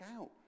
out